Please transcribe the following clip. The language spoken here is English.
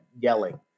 yelling